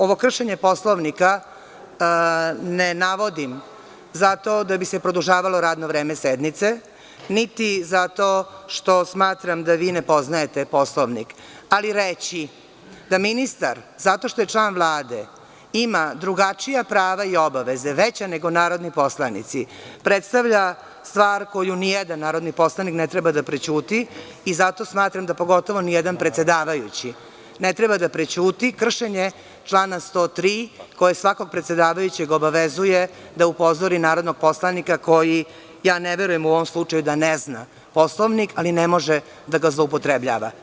Ovo kršenje Poslovnika ne navodim zato da bi se produžavalo radno vreme sednici, niti zato što smatram da vi ne poznajete Poslovnik, ali reći da ministar zato što je član Vlade ima drugačija prava i obaveze, veća nego narodni poslanici, predstavlja stvar koju nijedan narodni poslanik ne treba da prećuti i zato smatram da pogotovo nijedan predsedavajući ne treba da prećuti kršenje člana 103. koji svakog predsedavajućeg obavezuje da upozori narodnog poslanika koji ja ne verujem u ovom slučaju da ne zna Poslovnik, ali ne može da ga zloupotrebljava.